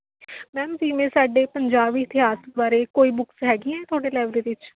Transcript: ma'am ਜਿਵੇਂ ਸਾਡੇ ਪੰਜਾਬ ਇਤਿਹਾਸ ਬਾਰੇ ਕੋਈ ਬੁੱਕਸ ਹੈਗੀਆਂ ਤੁਹਾਡੇ ਲਾਇਬ੍ਰੇਰੀ 'ਚ